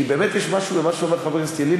כי באמת יש משהו במה שאמר חבר הכנסת ילין,